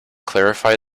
clarify